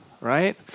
right